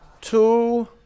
Two